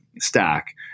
stack